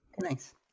Thanks